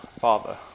father